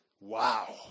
Wow